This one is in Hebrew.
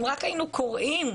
אם רק היינו קוראים,